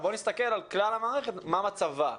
אבל בוא נסתכל על כלל המערכת מה מצבה.